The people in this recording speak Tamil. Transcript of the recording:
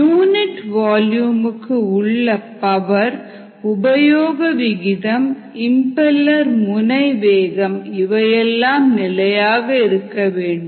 யூனிட் வால்யூம்க்கு உள்ள பவர் உபயோக விகிதம் இம்பெலர் முனை வேகம் இவையெல்லாம் நிலையாக இருக்க வேண்டும்